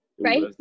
Right